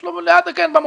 אל תגיד את זה.